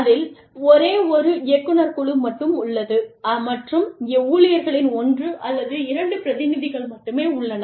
அதைல் ஒரே ஒரு இயக்குநர் குழு மட்டுமே உள்ளது மற்றும் ஊழியர்களின் ஒன்று அல்லது இரண்டு பிரதிநிதிகள் மட்டுமே உள்ளனர்